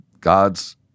God's